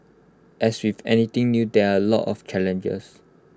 as with anything new there are A lot of challenges